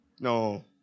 No